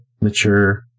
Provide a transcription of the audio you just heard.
mature